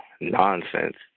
nonsense